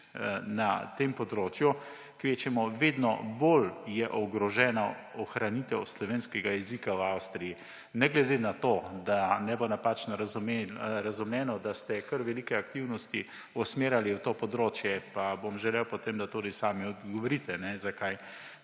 na tem področju, kvečjemu vedno bolj je ogrožena ohranitev slovenskega jezika v Avstriji. Ne glede na to, da ne bo napačno razumljeno, da ste kar velike aktivnosti usmerjali v to področje, pa bom želel potem, da tudi sami odgovorite: Zakaj